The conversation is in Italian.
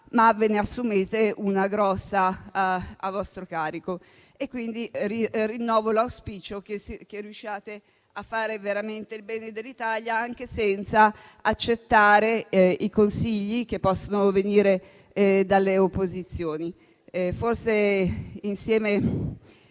ma ve ne assumete una grande a vostro carico. Rinnovo quindi l'auspicio che riusciate a fare veramente il bene dell'Italia, anche senza accettare i consigli che possono venire dalle opposizioni.